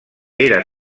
era